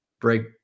break